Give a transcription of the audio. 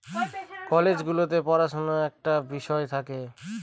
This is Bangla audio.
কলেজ গুলোতে পড়াশুনার একটা বিষয় থাকে